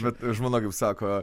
bet žmona kaip sako